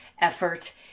effort